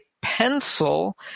pencil